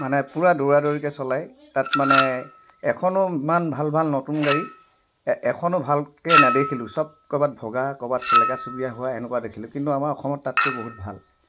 মানে পুৰা দৌৰা দৌৰিকে চলায় তাত মানে এখনো ইমান ভাল ভাল নতুন গাড়ী এখনো ভালকৈ নেদেখিলো চব ক'ৰবাত ভগা ক'ৰবাত চেলেকা চুবিয়া হোৱা এনেকুৱা দেখিলো কিন্তু আমাৰ অসমত তাতকৈ বহুত ভাল